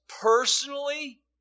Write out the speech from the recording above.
personally